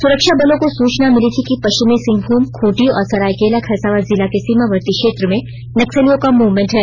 सुरक्षाबलों को सूचना मिली थी कि पश्चिमी सिंहभूम खूंटी और सरायकेला खरसावां जिला के सीमावर्ती क्षेत्र में नक्सलियों का मूवमेंट है